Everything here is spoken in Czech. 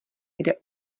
kde